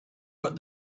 but